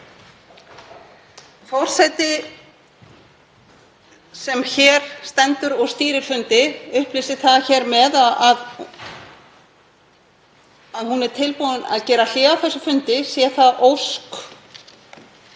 Forseti sem hér stendur og stýrir fundi upplýsir hér með að hún er tilbúin að gera hlé á þessum fundi sé það ósk